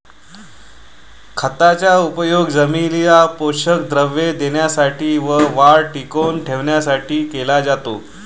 खताचा उपयोग जमिनीला पोषक द्रव्ये देण्यासाठी व वाढ टिकवून ठेवण्यासाठी केला जातो